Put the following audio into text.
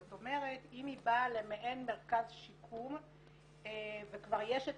זאת אומרת אם היא באה למעין מרכז שיקום וכבר יש את